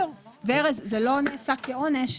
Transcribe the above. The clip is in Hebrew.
ארז, זה לא נעשה כעונש,